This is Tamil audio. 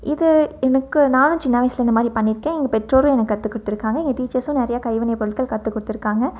இது எனக்கு நான் சின்ன வயசில் இந்த மாதிரி பண்ணியிருக்கேன் எங்கள் பெற்றோரும் எனக்கு கற்று கொடுத்துருக்காங்க எங்கள் டீச்சர்ஸும் நிறையா கைவினை பொருட்கள் கற்று கொடுத்துருக்காங்க